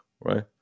right